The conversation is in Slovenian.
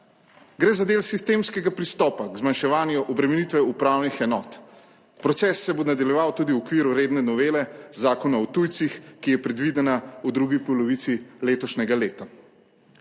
Gre za del sistemskega pristopa k zmanjševanju obremenitve upravnih enot. Proces se bo nadaljeval tudi v okviru redne novele zakona o tujcih, ki je predvidena v drugi polovici 2.